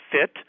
fit